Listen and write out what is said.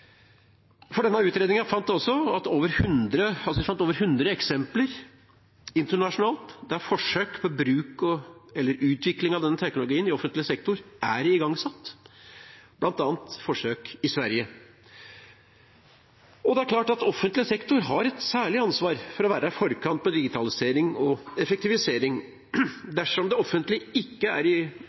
til denne teknologien. Utredningen fant over 100 eksempler internasjonalt der forsøk på bruk eller utvikling av denne teknologien i offentlig sektor er igangsatt, forsøk i bl.a. Sverige. Det er klart at offentlig sektor har et særlig ansvar for å være i forkant når det gjelder digitalisering og effektivisering. Dersom det offentlige ikke er offensive i